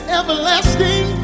everlasting